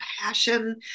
passion